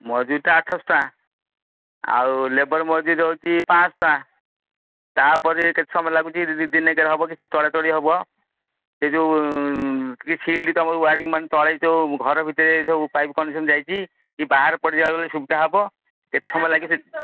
ମଜୁରି ତ ଆଠଶହ ଟଙ୍କା ଆଉ ଲେବର ମଜୁରି ହେଉଛି ପାଂଶ ଟଙ୍କା ତା'ପରେ କେତେ ସମୟ ଲାଗୁଛି ଦିନକରେ ହେବ କି ସେ ଥରେ ଥରେ ହେବ ସେ ଯେଉଁ ସିଲଡ୍ ତୁମ ୱାରିଙ୍ଗ ମାନେ ତଳେ ଯେଉଁ ଘର ଭିତରେ ସବୁ ପାଇପ୍ କନେକ୍ସନ୍ ଯାଇଛି କି ବାହାର ପଡ଼ିଆକୁ ଗଲେ ସୁବିଧା ହେବ କେତେ ସମୟ ଲାଗିବ